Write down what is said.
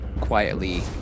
quietly